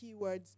keywords